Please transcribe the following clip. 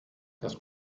das